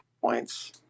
points